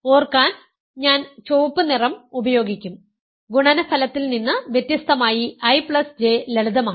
ഓർക്കാൻ ഞാൻ ചുവപ്പ് നിറം ഉപയോഗിക്കും ഗുണനഫലത്തിൽ നിന്ന് വ്യത്യസ്തമായി IJ ലളിതമാണ്